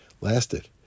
lasted